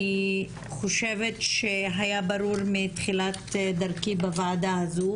אני חושבת שהיה ברור מתחילת דרכי בוועדה הזו,